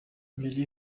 mbere